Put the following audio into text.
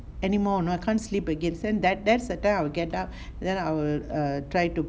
anymore you know I can't sleep again so that that's the time I'll get up then I'll err try to